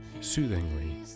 soothingly